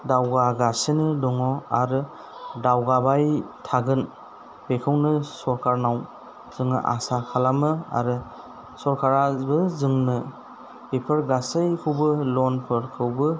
दावगागासिनो दङ आरो दावगाबाय थागोन बेखौनो सरखारनाव जोङो आसा खालामो आरो सरखाराबो जोंनो बेफोर गासैखौबो लन फोरखौबो